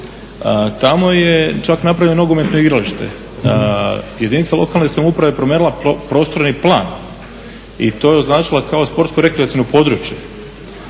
Tamo je čak napravljeno nogometno igralište. Jedinica lokalne samouprave je promijenila prostorni plan i to je označilo kao sportsko-rekreaciono područje.